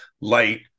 light